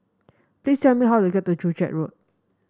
please tell me how to get to Joo Chiat Road